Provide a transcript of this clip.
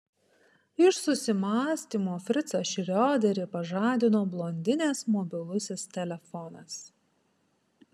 iš susimąstymo fricą šrioderį pažadino blondinės mobilusis telefonas